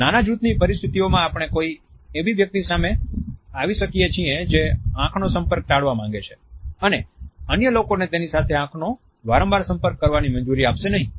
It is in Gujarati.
નાના જૂથની પરિસ્થિતિઓમાં આપણે કોઈ એવી વ્યક્તિ સામે આવી શકીએ છીએ જે આંખ નો સંપર્ક ટાળવા માંગે છે અને અન્ય લોકોને તેની સાથે આંખનો વારંવાર સંપર્ક કરવાની મંજૂરી આપશે નહીં